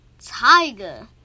Tiger